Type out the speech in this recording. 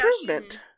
improvement